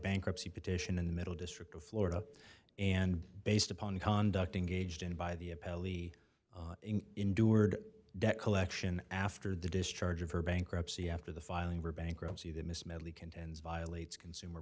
bankruptcy petition in the middle district of florida and based upon conduct engaged in by the appellee endured debt collection after the discharge of her bankruptcy after the filing for bankruptcy that miss medley contends violates consumer